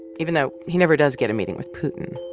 even though he never does get a meeting with putin.